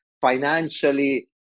financially